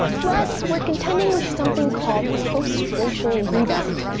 plus we're contending with something called post-glacial rebound.